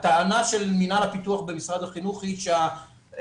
הטענה של מינהל הפיתוח במשרד החינוך היא שדרך